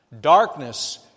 Darkness